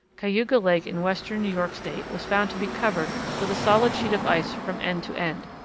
cayuga lake in western new york state was found to be covered with a solid sheet of ice from end to end.